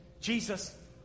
Jesus